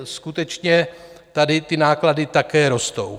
Skutečně tady ty náklady také rostou.